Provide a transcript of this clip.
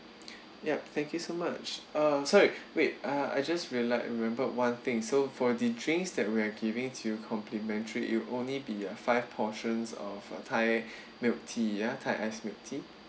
yup thank you so much uh sorry wait uh I just realised remembered one thing so for the drinks that we are giving to complimentary it'll only be a five portions of uh thai milk tea ya thai ice milk tea